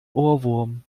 ohrwurm